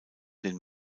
den